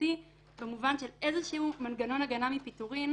המשפטי במובן של איזשהו מנגנון הגנה מפיטורים.